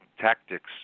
tactics